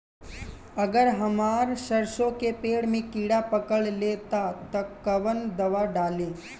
अगर हमार सरसो के पेड़ में किड़ा पकड़ ले ता तऽ कवन दावा डालि?